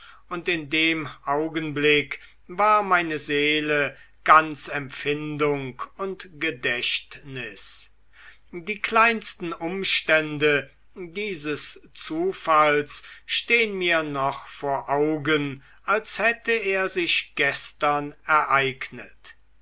und in dem augenblick war meine seele ganz empfindung und gedächtnis die kleinsten umstände dieses zufalls stehn mir noch vor augen als hätte er sich gestern ereignet